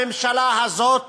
הממשלה הזאת